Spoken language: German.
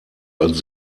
als